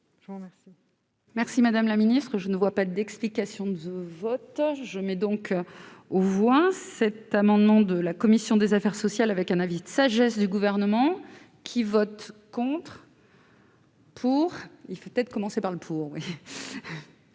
Je vous remercie,